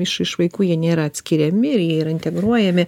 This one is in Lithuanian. iš iš vaikų jie nėra atskiriami ir jie yra integruojami